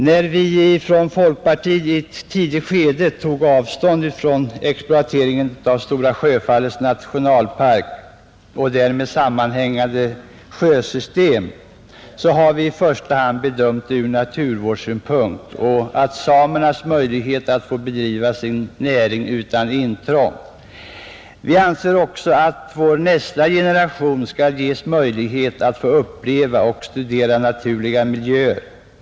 När vi från folkpartiet i ett tidigt skede tog avstånd från exploateringen av Stora Sjöfallets nationalpark och därmed sammanhängande sjösystem, bedömde vi saken ur i första hand naturvårdssynpunkt och med hänsyn till samernas möjlighet att bedriva sin näring utan intrång. Vi anser också att vår nästa generation skall få möjlighet att uppleva och studera naturliga miljöer.